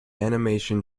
animation